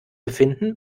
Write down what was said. befinden